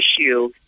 issue